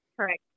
correct